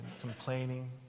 complaining